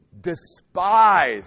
despised